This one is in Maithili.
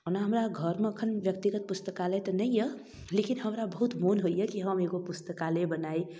ओना हमरा घरमे एखन व्यक्तिगत पुस्तकालय तऽ नहि यऽ लेकिन हमरा बहुत मोन होइए की हम एगो पुस्तकालय बनाउ